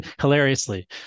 hilariously